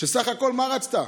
שבסך הכול מה רצתה?